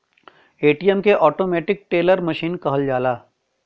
ATM के automatic teller machine कहल जाला